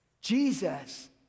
Jesus